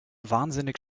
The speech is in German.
wahnsinnig